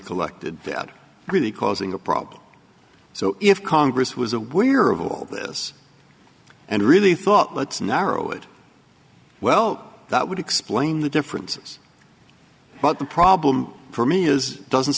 collected that are really causing a problem so if congress was aware of all this and really thought let's narrow it well that would explain the differences but the problem for me is doesn't